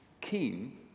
keen